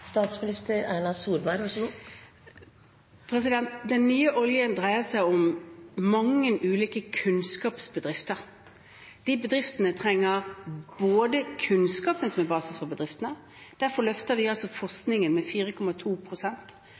nye oljen» dreier seg om mange ulike kunnskapsbedrifter. De bedriftene trenger kunnskapen som en basis. Derfor løfter vi forskningen med